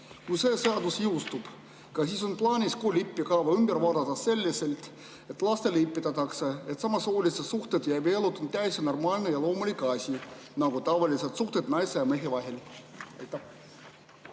Kui see seadus jõustub, kas siis on plaanis kooli õppekava ümber vaadata selliselt, et lastele õpetatakse, et samasooliste suhted ja abielud on täiesti normaalne ja loomulik asi nagu tavalised suhted naise ja mehe vahel? Aitäh